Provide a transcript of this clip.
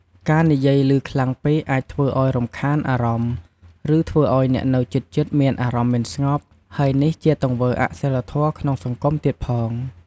ការនិយាយឮខ្លាំងពេកអាចធ្វើឲ្យរំខានអារម្មណ៍ ឬ ធ្វើឲ្យអ្នកនៅជិតៗមានអារម្មណ៍មិនស្ងប់ ហើយនេះជាទង្វើអសីលធម៌ក្នុងសង្គមទៀតផង។